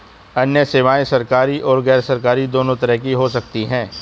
अन्य सेवायें सरकारी और गैरसरकारी दोनों तरह की हो सकती हैं